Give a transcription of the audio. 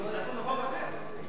אנחנו בחוק אחר.